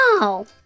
No